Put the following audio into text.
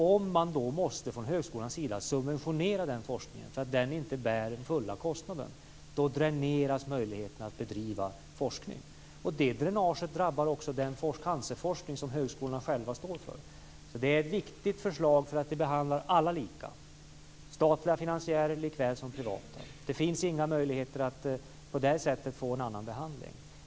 Om man från högskolans sida måste subventionera den forskningen därför att den inte bär de fulla kostnaderna, dräneras möjligheten att bedriva forskning. Det dränaget drabbar också den cancerforskning som högskolorna själva står för. Det är ett viktigt förslag därför att det behandlar alla lika, statliga finansiärer likaväl som privata. Det finns inga möjligheter att på det sättet få en annan behandling.